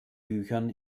büchern